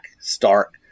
stark